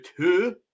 two